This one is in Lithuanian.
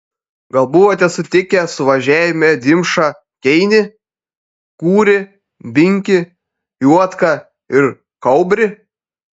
gal buvote sutikę suvažiavime dimšą keinį kūrį binkį juodką ir kaubrį